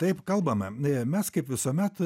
taip kalbame mes kaip visuomet